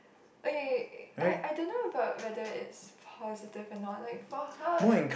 okay I I don't know about whether it's positive or not like for her uh